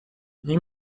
این